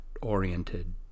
oriented